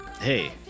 hey